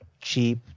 cheap